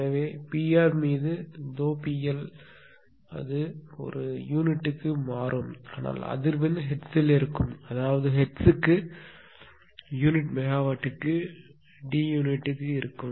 எனவே P r மீது ∂P L அது ஒரு யூனிட்டுக்கு மாறும் ஆனால் அதிர்வெண் ஹெர்ட்ஸ் இருக்கும் அதாவது ஹெர்ட்ஸுக்கு யூனிட் மெகாவாட்டுக்கு டி யூனிட்டுக்கு இருக்கும்